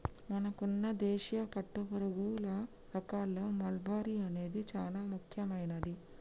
మనకున్న దేశీయ పట్టుపురుగుల రకాల్లో మల్బరీ అనేది చానా ముఖ్యమైనది